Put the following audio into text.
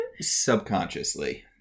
Subconsciously